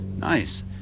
Nice